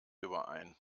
überein